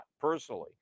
personally